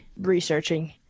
researching